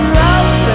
love